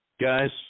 guys